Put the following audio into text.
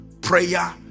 Prayer